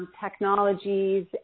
technologies